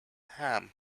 ham